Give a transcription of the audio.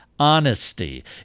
honesty